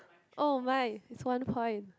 oh my is one point